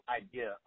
idea